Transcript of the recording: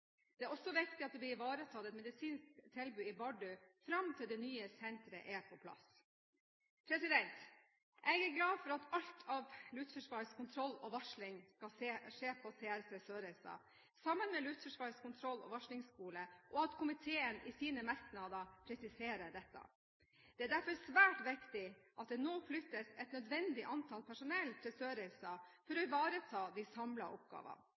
Det er også viktig at det blir ivaretatt et medisinsk tilbud i Bardu fram til det nye senteret er på plass. Jeg er glad for at alt av Luftforsvarets kontroll- og varslingsvirksomhet skal skje på CRC Sørreisa, sammen med Luftforsvarets kontroll- og varslingsskole, og at komiteen i sine merknader presiserer dette. Det er derfor svært viktig at det nå flyttes et nødvendig antall personell til Sørreisa for å ivareta de samlede oppgavene.